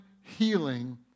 healing